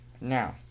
now